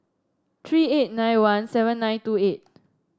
tree eight nine one seven nine two eight